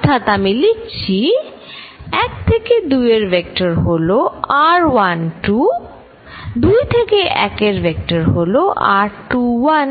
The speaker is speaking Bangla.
অর্থাৎ আমি লিখছি 1 থেকে 2 এর ভেক্টর হল r12 2 থেকে 1 এর ভেক্টর হল r21